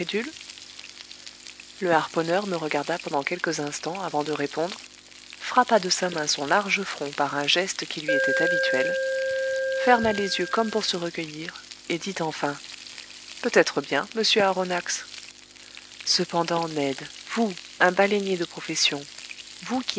le harponneur me regarda pendant quelques instants avant de répondre frappa de sa main son large front par un geste qui lui était habituel ferma les yeux comme pour se recueillir et dit enfin peut-être bien monsieur aronnax cependant ned vous un baleinier de profession vous